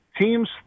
teams